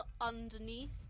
underneath